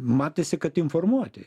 matėsi kad informuoti